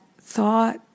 thought